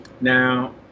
now